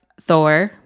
Thor